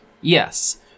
Yes